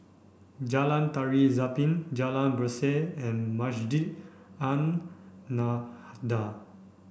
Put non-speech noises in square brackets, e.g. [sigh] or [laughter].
Jalan Tari Zapin Jalan Berseh and Masjid An [unintelligible]